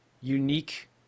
unique